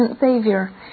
Savior